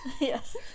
Yes